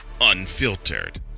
unfiltered